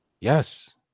yes